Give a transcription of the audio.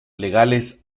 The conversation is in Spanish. legales